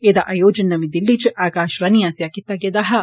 ऐदा आयोजन नमीं दिल्ली च आकाशवाणी आस्सेआ कीता गेदा हा